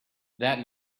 that